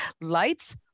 lights